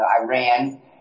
Iran